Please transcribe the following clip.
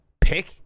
pick